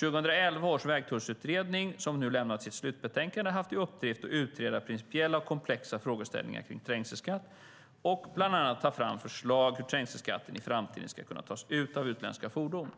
2011 års vägtullsutredning, vilken nu lämnat sitt slutbetänkande, har haft i uppgift att utreda principiella och komplexa frågeställningar kring trängselskatt och bland annat ta fram förslag på hur trängselskatt i framtiden ska kunna tas ut av utländska fordon.